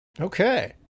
Okay